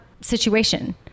situation